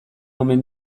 omen